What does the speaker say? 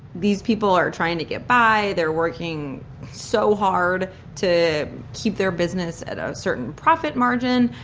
these people are trying to get by. they're working so hard to keep their business at a certain profit margin,